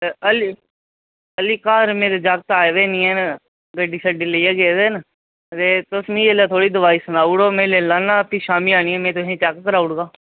ते हल्ली हल्ली घर मेरे जागत आए दे नी हैन गड्डी शड्डी लेइयै गेदे न ते तुस मिगी एल्लै थोह्ड़ी दवाई सनाई उड़ो में लेई लैन्ना बाकी शामी आह्नियै में तुसेंगी चेक कराऊ उड़गा